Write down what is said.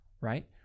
right